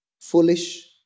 foolish